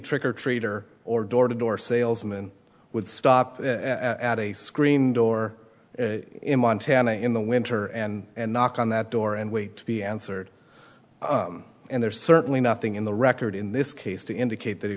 trick or treater or door to door salesman would stop at a screen door in montana in the winter and knock on that door and wait to be answered and there's certainly nothing in the record in this case to indicate that